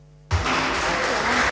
Hvala